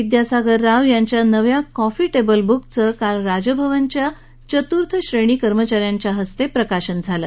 विद्यासागर राव यांच्या नव्या coffee table बुकचं प्रकाशन काल राजभवनच्या चतूर्थ श्रेणी कर्मचा यांच्या हस्ते झालं